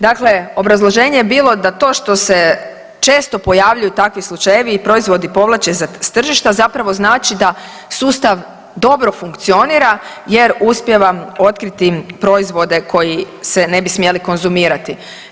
Dakle, obrazloženje je bilo da to što se često pojavljuju takvi slučajevi i proizvodi povlače s tržišta zapravo znači da sustav dobro funkcionira jer uspijevam otkriti proizvode koji se ne bi smjeli konzumirati.